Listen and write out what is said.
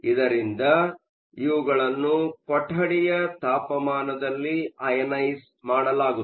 ಇದರಿಂದ ಇವುಗಳನ್ನು ಕೊಠಡಿಯ ತಾಪಮಾನದಲ್ಲಿ ಅಐನೈಸ಼್ ಮಾಡಲಾಗುತ್ತದೆ